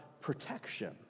protection